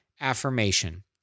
affirmation